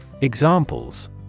Examples